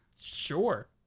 Sure